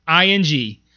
ing